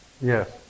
Yes